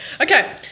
Okay